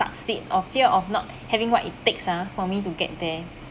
part is oh fear of not having what it takes ah for me to get there